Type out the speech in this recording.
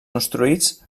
construïts